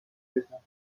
میگشتم